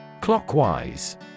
Clockwise